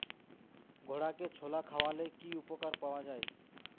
ঘোড়াকে ছোলা খাওয়ালে কি উপকার পাওয়া যায়?